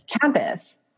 campus